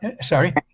Sorry